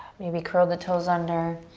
maybe curl the toes under.